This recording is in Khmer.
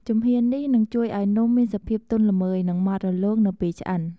ជំហាននេះនឹងជួយឱ្យនំមានសភាពទន់ល្មើយ និងម៉ត់រលោងនៅពេលឆ្អិន។